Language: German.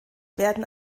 werden